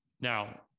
now